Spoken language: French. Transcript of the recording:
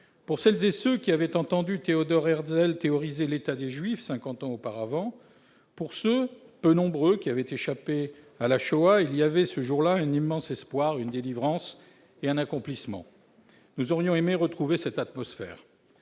Pour celles et ceux qui avaient entendu Theodor Herzl théoriser l'« État des Juifs », cinquante ans auparavant, pour celles et ceux, peu nombreux, qui avaient échappé à la Shoah, ce fut ce jour-là un immense espoir, une délivrance et un accomplissement. Nous aurions aimé retrouver cette atmosphère.